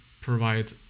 provide